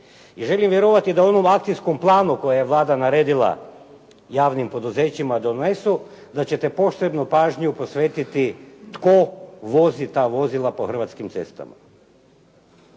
I želim vjerovati da u onom akcijskom planu koji je Vlada naredila javnim poduzećima da donesu, da ćete posebnu pažnju posvetiti tko vozi ta vozila po hrvatskim cestama.